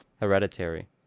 Hereditary